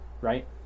right